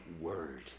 word